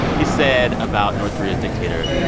he said about north korea's dictator,